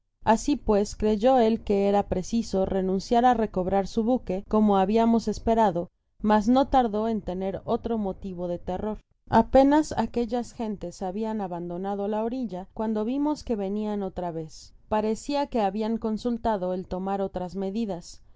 asi pues creyó él que era preciso renunciar á recobrar su buque como habiamos esperado mas no tardó en tener otro motivo de terror apenas aquellas gentes habian abandonado la orilla cuando vimos que venian otra vez parecia que habian consultado el tomar otras medidas